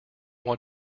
want